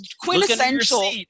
quintessential